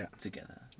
together